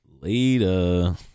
later